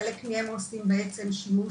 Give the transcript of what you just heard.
חלק מהם עושים שימוש,